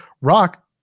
Rock